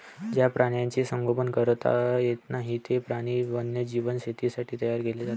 ज्या प्राण्यांचे संगोपन करता येत नाही, ते प्राणी वन्यजीव शेतीसाठी तयार केले जातात